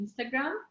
Instagram